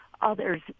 others